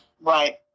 Right